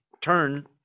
turn